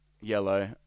yellow